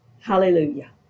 Hallelujah